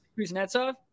Kuznetsov